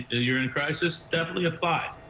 ah you're in crisis, definitely apply.